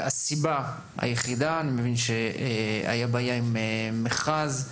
הסיבה היחידה לכך אלא הייתה בעיה עם מכרז.